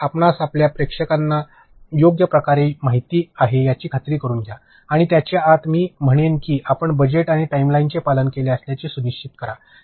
तर आपणास आपल्या प्रेक्षकांना योग्य प्रकारे माहिती आहे याची खात्री करुन घ्या आणि त्याही आत मी म्हणेन की आपण बजेट आणि टाइमलाइनचे पालन केले असल्याचे सुनिश्चित करा